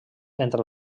entre